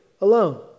alone